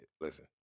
listen